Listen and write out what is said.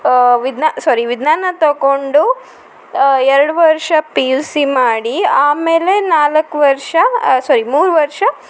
ವಿದ್ನ ಸಾರಿ ವಿಜ್ಞಾನ ತಕೊಂಡು ಎರಡು ವರ್ಷ ಪಿ ಯು ಸಿ ಮಾಡಿ ಆಮೇಲೆ ನಾಲ್ಕು ವರ್ಷ ಸಾರಿ ಮೂರು ವರ್ಷ